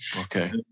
Okay